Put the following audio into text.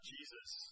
Jesus